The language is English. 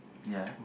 ya